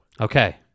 Okay